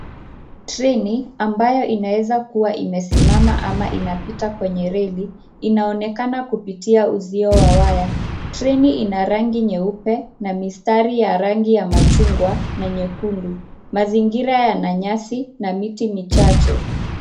Treni ambayo inawezakuwa imesimama ama inapita kwenye reli, inaonekana kupitia uzio wa waya, treni ina rangi nyeupe na mistari ya rangi ya machungwa na nyekundu, mazingira yana nyasi na miti michache.